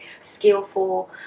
skillful